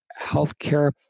healthcare